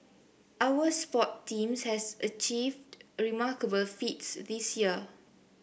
our sports teams have achieved remarkable feats this year